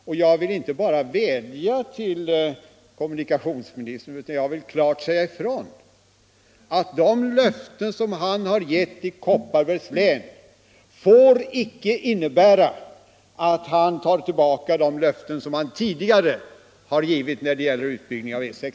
Och jag vill inte bara vädja till kommunikationsministern, utan jag vill klart säga ifrån att de löften som han har givit i Kopparbergs län icke får innebära att han tar tillbaka de löften som han tidigare har givit när det gäller utbyggnad av E 6.